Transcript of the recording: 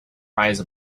rise